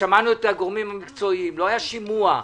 ושמענו את הגורמים המקצועיים ולא היה שימוע.